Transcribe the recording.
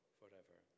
forever